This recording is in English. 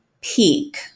peak